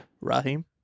Raheem